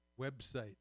website